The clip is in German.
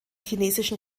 chinesischen